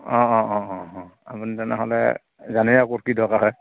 অঁ অঁ অঁ অঁ অঁ আপুনি তেনেহ'লে জানেই আৰু ক'ত কি দৰকাৰ হয়